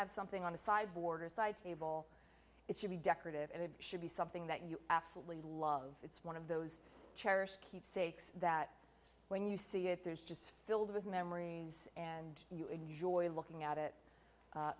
have something on the sideboard a side table it should be decorative and it should be something that you absolutely love it's one of those cherished keepsakes that when you see it there is just filled with memories and you enjoy looking at it